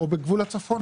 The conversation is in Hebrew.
או בגבול הצפון.